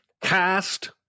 cast